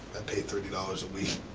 pay thirty dollars a weeks,